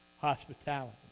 hospitality